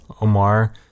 Omar